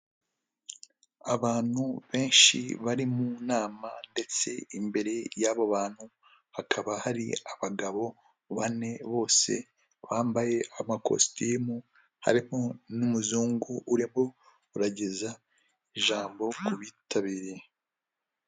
Abantu benshi bari mu nama ndetse imbere yabo bantu hakaba hari abagabo bane bose bambaye amakositimu, harimo n'umuzungu urimo urageza ijambo ku bitabiriye.